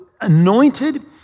anointed